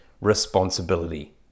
responsibility